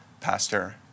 Pastor